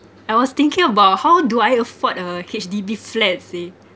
I was thinking about how do I afford a H_D_B flats eh